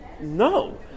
no